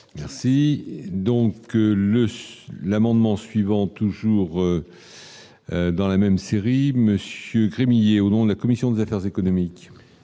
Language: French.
Merci donc le l'amendement suivant toujours. Dans la même série Monsieur Rémy et au nom de la commission des affaires économiques.